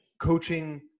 coaching